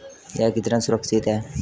यह कितना सुरक्षित है?